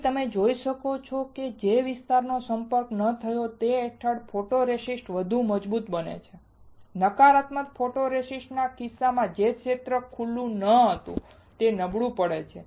અહીં તમે જોઈ શકો છો કે જે વિસ્તારનો સંપર્ક ન થયો તે હેઠળનો ફોટોરેસિસ્ટ વધુ મજબૂત બને છે અને નકારાત્મક ફોટોરેસિસ્ટના કિસ્સામાં જે ક્ષેત્ર ખુલ્લું ન હતું તે નબળું પડે છે